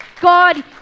God